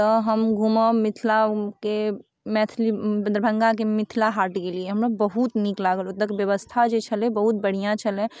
तऽ हम घुमऽ मिथिलाके मैथिली दरभङ्गाके मिथिला हाट गेलिए हमरा बहुत नीक लागल ओतऽके बेबस्था जे छलै बहुत बढ़िआँ छलै